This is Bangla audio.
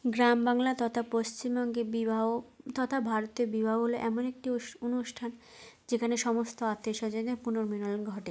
গ্রাম বাংলা তথা পশ্চিমবঙ্গে বিবাহ তথা ভারতে বিবাহ হলো এমন একটি অনুষ্ঠান যেখানে সমস্ত আত্মীয় স্বজনের পুনর্মিলন ঘটে